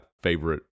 favorite